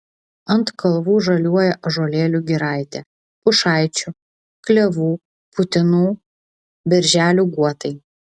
ant kalvų žaliuoja ąžuolėlių giraitė pušaičių klevų putinų berželių guotai